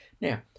Now